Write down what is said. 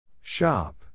Shop